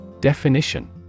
Definition